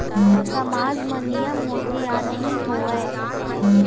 सामाज मा नियम होथे या नहीं हो वाए?